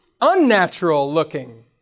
unnatural-looking